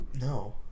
No